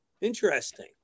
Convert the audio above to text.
interesting